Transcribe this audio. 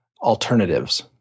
alternatives